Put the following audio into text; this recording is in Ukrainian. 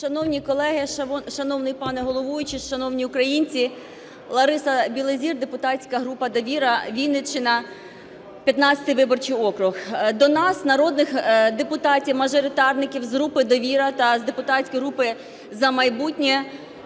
Шановні колеги, шановний пане головуючий, шановні українці! Лариса Білозір, депутатська група "Довіра", Вінниччина, 15 виборчий округ. До нас, народних депутатів мажоритарників з групи "Довіра" та з депутатської групи "За майбутнє",